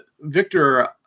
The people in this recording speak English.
Victor